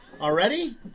Already